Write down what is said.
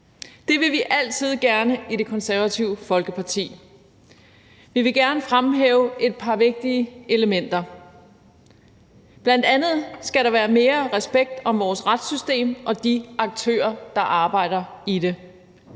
Det vil vi altid gerne i Det Konservative Folkeparti. Vi vil gerne fremhæve et par vigtige elementer. Bl.a. skal der være mere respekt om vores retssystem og de aktører, der arbejder i det.